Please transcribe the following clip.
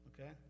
Okay